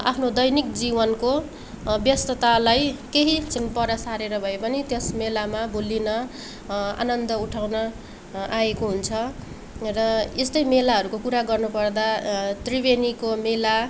आफ्नो दैनिक जीवनको व्यस्ततालाई केही क्षण पर सारेर भए पनि त्यस मेलामा भुल्लिन आनन्द उठाउन आएको हुन्छ र यस्तै मेलाहरूको कुरा गर्नु पर्दा त्रिवेणीको मेला